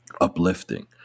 uplifting